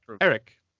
Eric